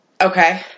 Okay